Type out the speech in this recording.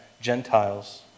Gentiles